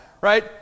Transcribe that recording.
right